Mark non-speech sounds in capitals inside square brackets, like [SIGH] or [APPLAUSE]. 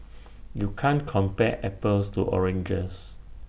[NOISE] you can't compare apples to oranges